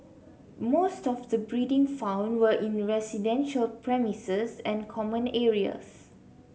most of the breeding found were in residential premises and common areas